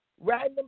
random